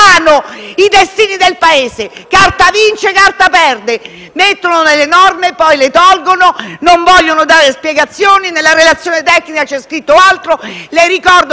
il destino del Paese: carta vince, carta perde. Mettono delle norme, poi le tolgono; non vogliono dare spiegazioni; nella relazione tecnica c'è scritto altro. Le ricordo,